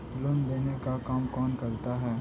लेन देन का काम कौन करता है?